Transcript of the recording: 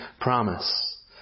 promise